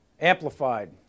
amplified